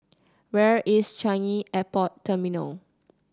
where is Changi Airport Terminal